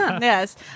Yes